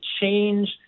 change